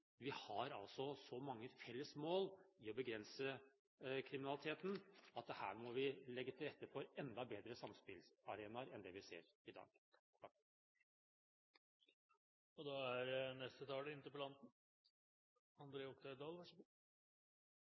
vi har så mange felles mål i å begrense kriminaliteten at her må vi legge til rette for enda bedre samspillsarenaer enn det vi ser i dag. Jeg har lyst til å takke for en god debatt. Det er